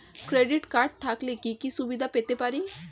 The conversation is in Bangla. ক্রেডিট কার্ড থাকলে কি কি সুবিধা পেতে পারি?